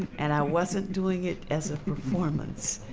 and i wasn't doing it as a performance.